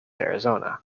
arizona